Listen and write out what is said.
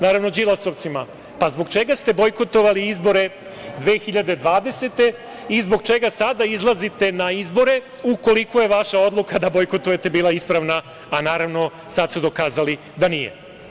Naravno, Đilasovcima, zbog čega ste bojkotovali izbore 2020. godine, i zbog čega sada izlazite na izbore ukoliko je vaša odluka bila da bojkotujete bila ispravna a naravno sada ste dokazali da nije.